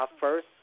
first